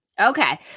Okay